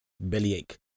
Bellyache